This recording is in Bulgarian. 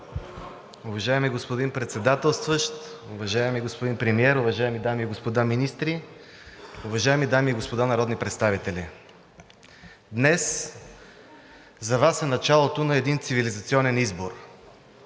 Днес за Вас е началото на един цивилизационен избор.